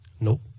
No